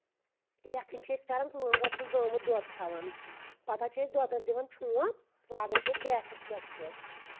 یکھٕنۍ چھِ أسۍ کران کٲم گۄڈٕ چھِ زامہٕ دۄد تھاوان پَتہٕ حظ چھِ أسۍ دۄدَس دِوان چھوپھ لاگان چھِ أسۍ گیسَس پؠٹھ سُہ